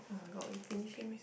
[oh]-my-god we finishing